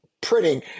printing